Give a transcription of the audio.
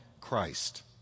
Christ